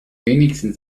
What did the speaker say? wenigstens